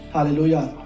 Hallelujah